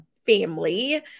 Family